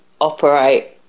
operate